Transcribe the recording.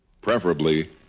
preferably